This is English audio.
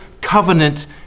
covenant